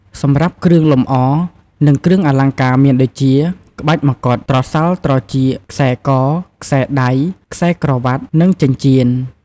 សម្រាប់គ្រឿងលម្អ និងគ្រឿងអលង្ការមានដូចជា ក្បាច់មកុដ ត្រសាល់ត្រចៀក ខ្សែក ខ្សែដៃ ខ្សែក្រវាត់ និងចិញ្ចៀន ។